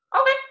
okay